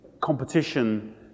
competition